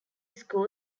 school